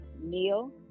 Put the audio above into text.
Neil